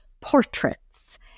portraits